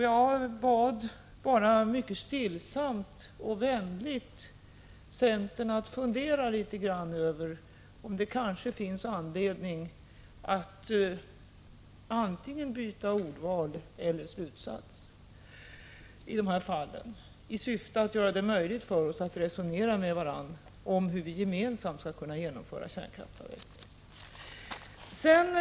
Jag bad bara mycket stillsamt och vänligt centern att fundera litet grand över om det kanske finns anledning att antingen byta ordval eller slutsats i dessa fall. Detta gjorde jag i syfte att göra det möjligt för oss att resonera med varandra om hur vi gemensamt skall kunna genomföra kärnkraftsavvecklingen.